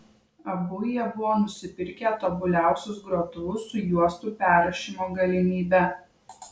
abu jie buvo nusipirkę tobuliausius grotuvus su juostų perrašymo galimybe